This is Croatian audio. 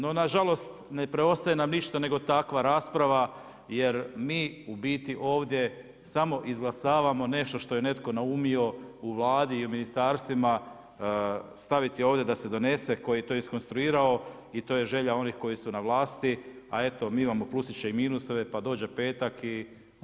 No nažalost, ne preostaje nam ništa nego takva rasprava jer mi u biti ovdje samo izglasavamo nešto što je netko naumio u Vladi i u ministarstvima staviti ovdje da se donese, koji je to iskonstruirao, i to je želja onih koji su na vlasti, a eto mi imao plusiće i minusove, pa dođe petak onda je tako kako je.